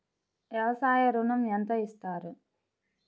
వ్యవసాయ ఋణం ఎంత ఇస్తారు?